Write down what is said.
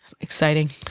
Exciting